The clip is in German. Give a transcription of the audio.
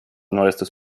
neuestes